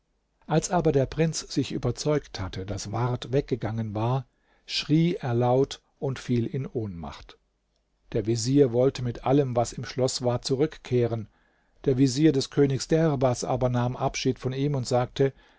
als aber der prinz sich überzeugt hatte daß ward weggegangen war schrie er laut und fiel in ohnmacht der vezier wollte mit allem was im schloß war zurückkehren der vezier des königs derbas aber nahm abschied von ihm und sagte